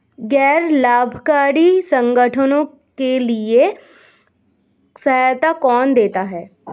गैर लाभकारी संगठनों के लिए सहायता कौन देता है?